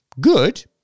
good